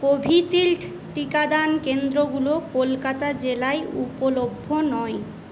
Covishield টিকাদান কেন্দ্রগুলো কলকাতা জেলায় উপলভ্য নয়